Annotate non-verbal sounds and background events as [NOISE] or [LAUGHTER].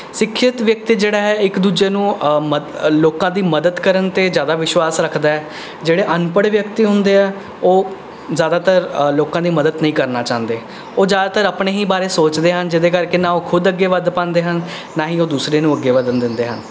ਸਿੱਖਿਅਤ ਵਿਅਕਤੀ ਜਿਹੜਾ ਹੈ ਇੱਕ ਦੂਜੇ ਨੂੰ ਮਦ [UNINTELLIGIBLE] ਲੋਕਾਂ ਦੀ ਮਦਦ ਕਰਨ 'ਤੇ ਜ਼ਿਆਦਾ ਵਿਸ਼ਵਾਸ ਰੱਖਦਾ ਹੈ ਜਿਹੜੇ ਅਨਪੜ ਵਿਅਕਤੀ ਹੁੰਦੇ ਹੈ ਉਹ ਜ਼ਿਆਦਾਤਰ ਲੋਕਾਂ ਦੀ ਮਦਦ ਨਹੀਂ ਕਰਨਾ ਚਾਹੁੰਦੇ ਉਹ ਜ਼ਿਆਦਾਤਰ ਆਪਣੇ ਹੀ ਬਾਰੇ ਸੋਚਦੇ ਹਨ ਜਿਸ ਦੇ ਕਰਕੇ ਨਾ ਉਹ ਖੁਦ ਅੱਗੇ ਵੱਧ ਪਾਉਂਦੇ ਹਨ ਨਾ ਹੀ ਉਹ ਦੂਸਰੇ ਨੂੰ ਅੱਗੇ ਵਧਣ ਦਿੰਦੇ ਹਨ